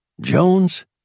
Jones